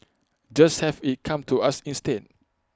just have IT come to us instead